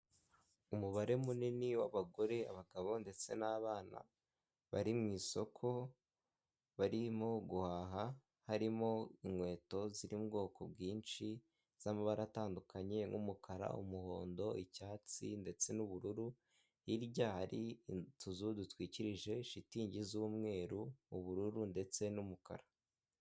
Umubare munini w'abagore, abagabo ndetse n'abana bari mu isoko barimo guhaha harimo inkweto ziri mu ubwoko bwinshi z'amabara atandukanye nk'umukara, umuhondo, icyatsi ndetse n'ubururu hirya hari utuzu dutwikirije shitingi z'umweru, ubururu ndetse n'umukara.